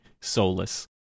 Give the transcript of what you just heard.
soulless